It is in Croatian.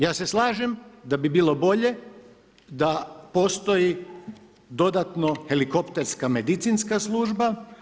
Ja se slažem da bi bilo bolje da postoji dodatno helikoptersko medicinska služba.